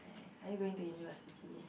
are you going to university